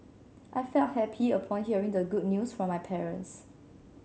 I felt happy upon hearing the good news from my parents